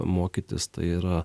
mokytis tai yra